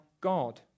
God